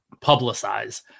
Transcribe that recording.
publicize